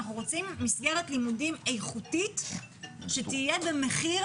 אנחנו רוצים מסגרת לימודים איכותית שתהיה במחיר